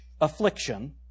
affliction